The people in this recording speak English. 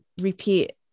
repeat